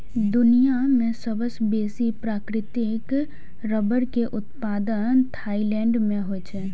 दुनिया मे सबसं बेसी प्राकृतिक रबड़ के उत्पादन थाईलैंड मे होइ छै